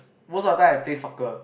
most of the time I play soccer